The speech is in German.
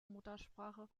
muttersprache